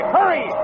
Hurry